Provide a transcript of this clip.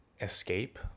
escape